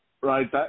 Right